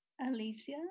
Alicia